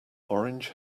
orange